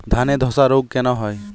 ধানে ধসা রোগ কেন হয়?